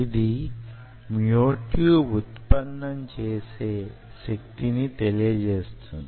ఇది మ్యోట్యూబ్ ఉత్పన్నం చేసే శక్తిని తెలియజేస్తుంది